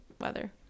weather